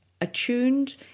attuned